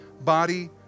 body